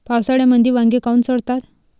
पावसाळ्यामंदी वांगे काऊन सडतात?